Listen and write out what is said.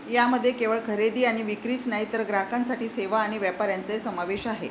यामध्ये केवळ खरेदी आणि विक्रीच नाही तर ग्राहकांसाठी सेवा आणि व्यापार यांचाही समावेश आहे